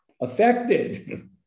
Affected